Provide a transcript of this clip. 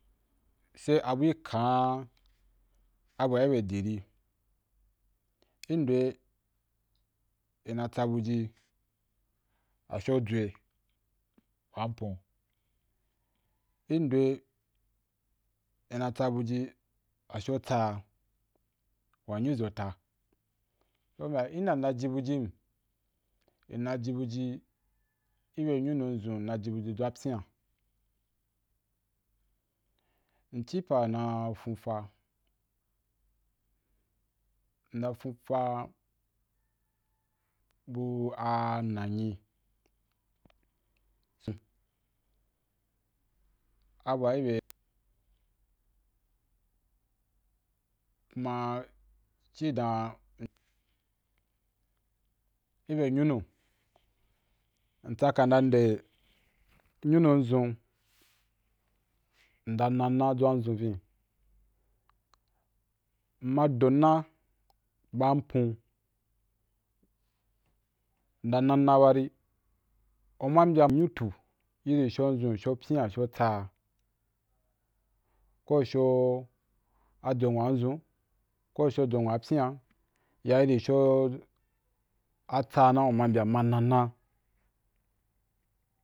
Sai abu’i kan abu wa i be di ri, i do’a be na tsa bu ji asho dwa wan npu, i ndo’ a be na tsa buji asho tsa’a wa nyuzota. So u bya inda nna ji bujim, nna ji bu ji twa pyia, mci pa na fonfa, nna fonfa bu a nanyin hmun, abu wa i be, ku ma ci dan i bya wa i be, kuma ci dan i bya nyunu mtsa kana nde nyunu zun nda nana twa zun vin, mma do na ba npu, nna nam na ba ri, u ma mbyam nyutu iri sho zun, sho pyi’a, sho tsa’a, ko sho a dwa nwanzun, ko sho dwa’ nwan pyia ya iri sho tsa’a na u ma mbyam ma nana